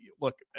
look